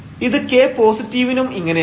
ഇത് k പോസിറ്റീവിനും ഇങ്ങനെയാണ്